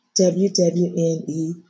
WWNE